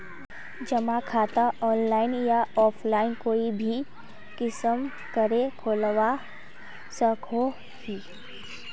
जमा खाता ऑनलाइन या ऑफलाइन कोई भी किसम करे खोलवा सकोहो ही?